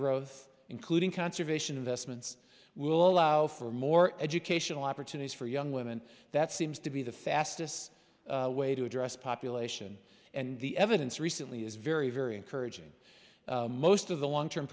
growth including conservation investments will allow for more educational opportunities for young women that seems to be the fastest way to address population and the evidence recently is very very encouraging most of the long term